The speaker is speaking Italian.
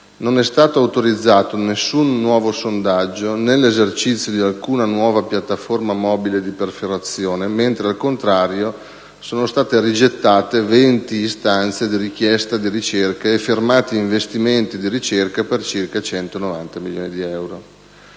non è stato autorizzato nessun nuovo sondaggio, né l'esercizio di alcuna nuova piattaforma mobile di perforazione mentre, al contrario, sono state rigettate 20 istanze di richiesta di ricerca e fermati investimenti di ricerca per circa 190 milioni di euro.